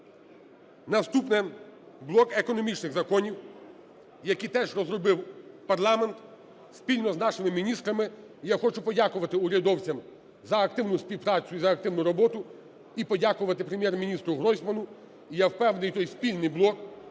Наступне – блок економічних законів, які теж розробив парламент спільно з нашими міністрами. І я хочу подякувати урядовцям за активну співпрацю і за активну роботу і подякувати Прем’єр-мініструГройсману. І я впевнений, той спільний блок